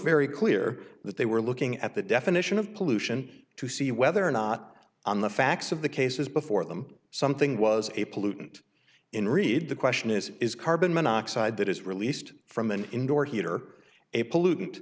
very clear that they were looking at the definition of pollution to see whether or not on the facts of the cases before them something was a pollutant in read the question is is carbon monoxide that is released from an indoor heater a pollutant